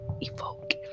evoke